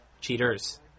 Cheaters